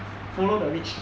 follow the rich